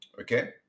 Okay